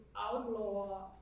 outlaw